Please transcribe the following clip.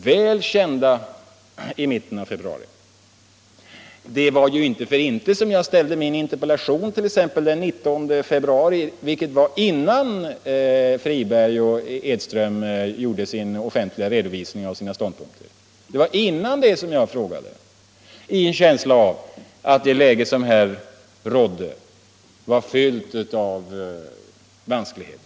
Det var ju inte för inte som jag t.ex. framställde min interpellation den 19 februari — innan herrar Friberg och Edström gjorde sin offentliga redovisning av sina ståndpunkter — i en känsla av att det läge som rådde var fyllt av vanskligheter.